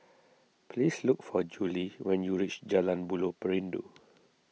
please look for Julie when you reach Jalan Buloh Perindu